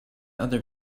other